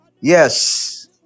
Yes